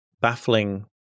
baffling